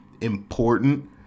important